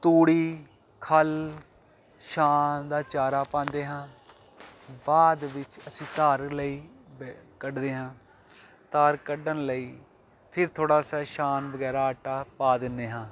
ਤੂੜੀ ਖਲ ਸ਼ਾਨ ਦਾ ਚਾਰਾ ਪਾਉਂਦੇ ਹਾਂ ਬਾਅਦ ਵਿੱਚ ਅਸੀਂ ਧਾਰ ਲਈ ਕੱਢਦੇ ਹਾਂ ਧਾਰ ਕੱਢਣ ਲਈ ਫਿਰ ਥੋੜ੍ਹਾ ਸਾ ਸ਼ਾਨ ਵਗੈਰਾ ਆਟਾ ਪਾ ਦਿੰਦੇ ਹਾਂ